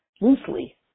loosely